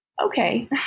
okay